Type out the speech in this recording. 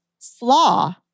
flaw